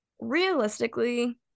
realistically